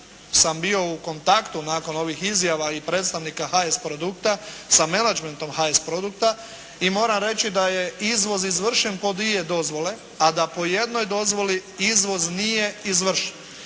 sam bio u kontaktu nakon ovih izjava i predstavnika "HS produkta" sa menadžmentom "HS produkta" i moram reći da je izvoz izvršen po dvije dozvole, a da po jednoj dozvoli izvoz nije izvršen.